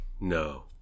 No